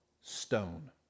stone